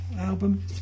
album